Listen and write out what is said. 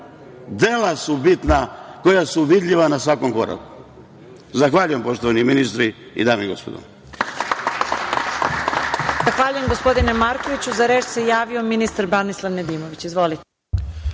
dela su bitna koja su vidljiva na svakom koraku. Zahvaljujem, poštovani ministri i dame i gospodo.